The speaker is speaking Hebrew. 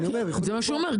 אני אומר --- זה מה שהוא אומר,